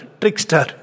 trickster